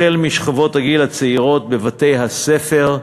החל בשכבות הגיל הצעירות בבתי-הספר,